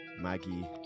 Maggie